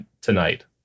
tonight